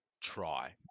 try